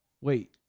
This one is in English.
Wait